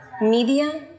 media